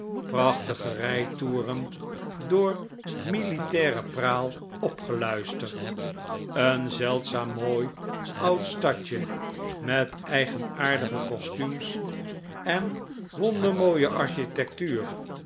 prachtige rijtoeren door militaire praal opgeluisterd een zeldzaam mooi oud stadje met eigenaardige costumes en wondermooie architectuur